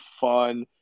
fun